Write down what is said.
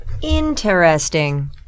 Interesting